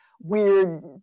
weird